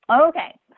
Okay